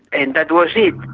and that was it.